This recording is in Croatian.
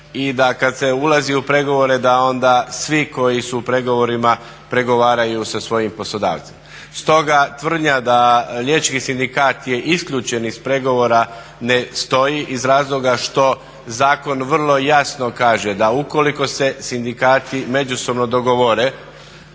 i da kad se ulazi u pregovore da onda svi koji su u pregovorima pregovaraju sa svojim poslodavcem. Stoga tvrdnja da Liječnički sindikat je isključen iz pregovora ne stoji iz razloga što zakon vrlo jasno kaže da ukoliko sindikati međusobno dogovore